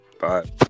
Bye